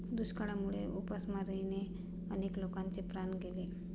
दुष्काळामुळे उपासमारीने अनेक लोकांचे प्राण गेले